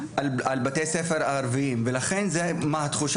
לכן התחושה שאנחנו מקבלים זה בדיוק אותו דבר.